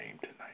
tonight